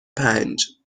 پنج